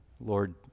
Lord